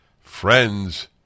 Friends